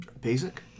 Basic